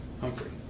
Humphrey